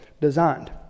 designed